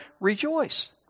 Rejoice